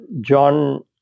John